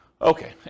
Okay